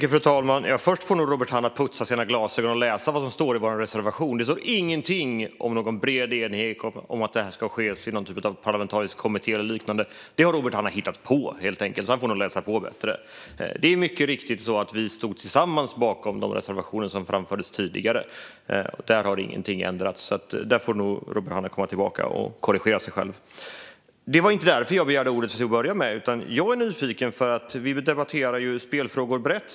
Fru talman! Först får nog Robert Hannah putsa sina glasögon och läsa vad som står i vår reservation. Det står ingenting om någon bred enighet och att det ska ske i någon form av parlamentarisk kommitté eller liknande. Det har Robert Hannah helt enkelt hittat på. Han får läsa på bättre. Det är mycket riktigt att vi tillsammans stod bakom de reservationer som framfördes tidigare. Där har ingenting ändrats. Där får nog Robert Hanna komma tillbaka och korrigera sig själv. Det var inte därför jag begärde ordet till att börja med. Jag är nyfiken för att vi debatterar spelfrågor brett.